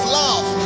love